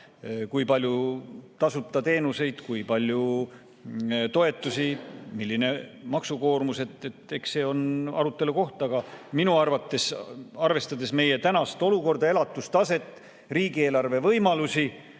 kui palju tasuta teenuseid, kui palju toetusi, milline maksukoormus – eks see on arutelu koht. Aga minu arvates, arvestades meie tänast olukorda, elatustaset, riigieelarve võimalusi,